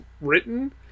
written